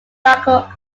darker